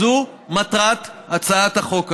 זו מטרת הצעת החוק הזאת.